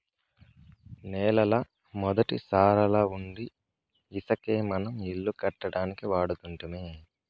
నేలల మొదటి సారాలవుండీ ఇసకే మనం ఇల్లు కట్టడానికి వాడుతుంటిమి